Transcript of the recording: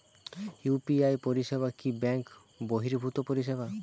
UPI পরিসেবা কি bank বর্হিভুত পরিসেবা?